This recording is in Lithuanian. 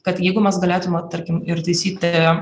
kad jeigu mes galėtume tarkim ir taisyti